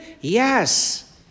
yes